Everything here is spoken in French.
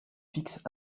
fixes